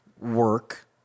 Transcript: work